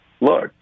look